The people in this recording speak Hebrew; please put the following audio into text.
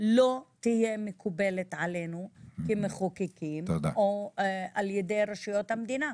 לא תהיה מקובלת עלינו כמחוקקים או על ידי רשויות המדינה.